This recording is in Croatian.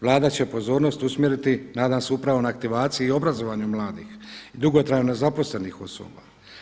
Vlada će pozornost usmjeriti nadam se upravo na aktivaciji i obrazovanju mladih i dugotrajno nezaposlenih osoba.